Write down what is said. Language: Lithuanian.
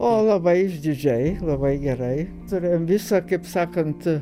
o labai išdidžiai labai gerai turėjom visą kaip sakant